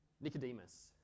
Nicodemus